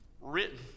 written